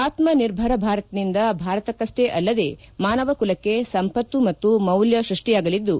ಆತ್ಮನಿರ್ಭರ ಭಾರತ್ನಿಂದ ಭಾರತಕ್ಕಷ್ಷೇ ಅಲ್ಲದೆ ಮಾನವ ಕುಲಕ್ಷೆ ಸಂಪತ್ತು ಮತ್ತು ಮೌಲ್ಯ ಸೃಷ್ಷಿಯಾಗಲಿದ್ದು